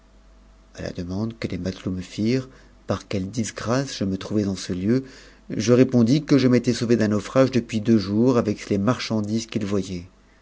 a la demande que les matelots me firent par quelle disgrâce me trouvais en ce lieu je répondis que je m'étais sauvé d'un naufruf depuis deux jours avec les marchandises qu'ils